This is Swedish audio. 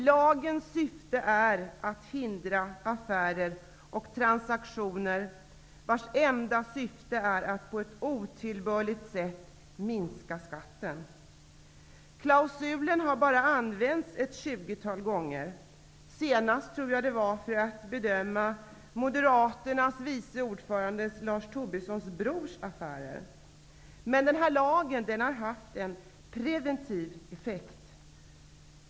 Lagens syfte är att hindra affärer och transaktioner vars enda syfte är att på ett otillbörligt sätt minska skatten. Klausulen har bara använts ett tjugotal gånger -- senast för att bedöma moderaternas vice ordförande Lars Tobissons brors affärer. Men lagen har haft en preventiv effekt.